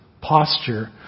posture